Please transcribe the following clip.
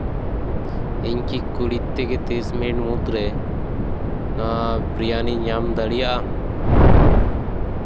ᱤᱧ ᱠᱤ ᱠᱩᱲᱤ ᱛᱷᱮᱠᱮ ᱛᱤᱨᱤᱥ ᱢᱤᱱᱤᱴ ᱢᱩᱫᱽᱨᱮ ᱮᱸᱻ ᱵᱨᱤᱭᱟᱱᱤᱧ ᱧᱟᱢ ᱫᱟᱲᱮᱭᱟᱜᱼᱟ